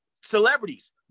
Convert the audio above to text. celebrities